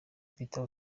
peter